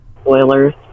spoilers